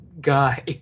guy